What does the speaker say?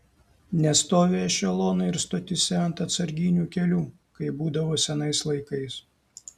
nestovi ešelonai ir stotyse ant atsarginių kelių kaip būdavo senais laikais